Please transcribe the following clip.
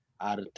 art